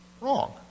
Wrong